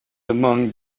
among